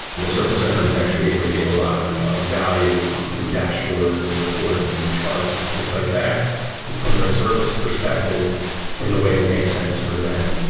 the service owner is actually able to get a lot of value um through dashboards and reporting and charts and things like that from their service perspective in a way that makes sense for them.